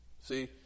See